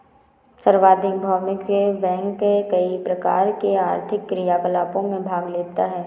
सार्वभौमिक बैंक कई प्रकार के आर्थिक क्रियाकलापों में भाग लेता है